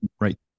right